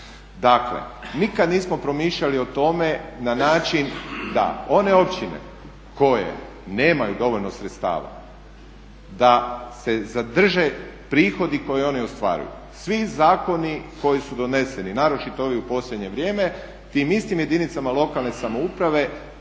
Dakle, nikad nismo promišljali o tome na način da one općine koje nemaju dovoljno sredstava da se zadrže prihodi koje oni ostvaruju. Svi zakoni koji su doneseni, naročito ovi u posljednje vrijeme, tim istim jedinicama lokalne samouprave